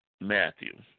Matthew